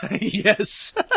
Yes